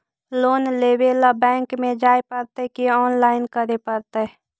Loan लेवे ल bank में जाय पड़तै कि औनलाइन करे पड़तै?